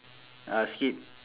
uh skip